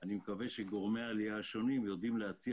אני מקווה שגורמי העלייה השונים יודעים להציע